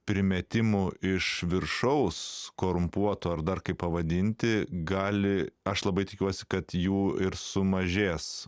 primetimų iš viršaus korumpuotų ar dar kaip pavadinti gali aš labai tikiuosi kad jų ir sumažės